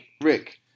Rick